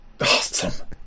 Awesome